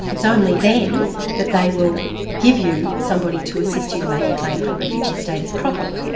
it's only then that they will give you somebody to assist you to make a claim for refugee status properly.